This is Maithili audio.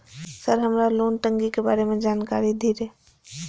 सर हमरा लोन टंगी के बारे में जान कारी धीरे?